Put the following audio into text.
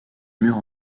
murs